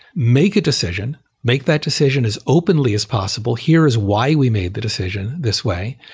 make a decision. make that decision as openly as possible, here is why we made the decision this way.